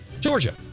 Georgia